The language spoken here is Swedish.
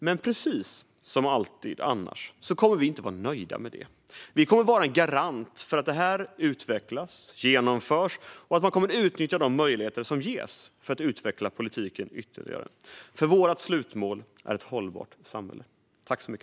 Men precis som alltid annars kommer vi inte att vara nöjda med det. Vi kommer att vara en garant för att det utvecklas, genomförs och att man kommer att utnyttja de möjligheter som ges för att utveckla politiken ytterligare. Vårt slutmål är ett hållbart samhälle.